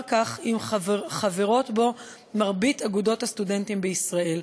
כך אם חברות בו מרבית אגודות הסטודנטים כישראל.